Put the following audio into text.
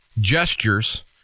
gestures